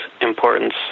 importance